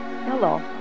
Hello